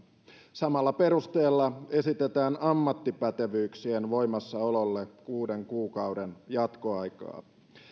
samalla perusteella esitetään ammattipätevyyksien voimassaololle kuuden kuukauden jatkoaikaa